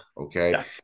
okay